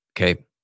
Okay